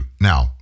Now